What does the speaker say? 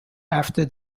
after